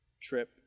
trip